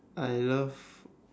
I love